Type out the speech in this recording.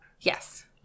Yes